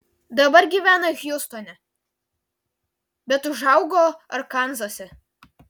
dabar gyvena hjustone bet užaugo arkanzase